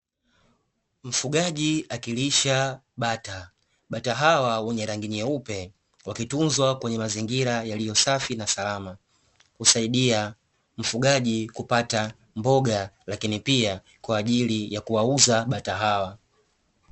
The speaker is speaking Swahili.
Mfugaji akilisha bata. Bata hawa wenye rangi nyeupe wakitunzwa kwenye mazingira yaliyo safi na salama husaidia mfugaji kupata mboga lakini pia kwaajili ya kuwauza bata hawa.